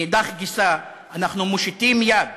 מאידך גיסא, אנחנו מושיטים יד